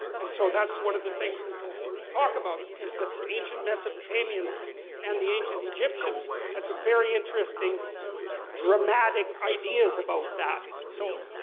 and so that's one of the things that we'll talk about. because the ancient mesopotamians and the ancient egyptians had some very interesting dramatic ideas about that. so